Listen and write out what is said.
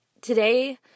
today